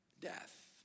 death